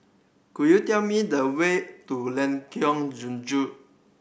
could you tell me the way to Lengkong